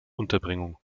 unterbringung